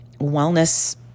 wellness